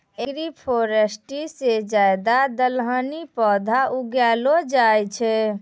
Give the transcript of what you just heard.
agroforestry से ज्यादा दलहनी पौधे उगैलो जाय छै